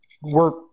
work